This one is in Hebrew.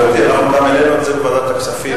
גברתי, גם העלינו את זה בוועדת הכספים.